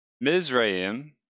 Mizraim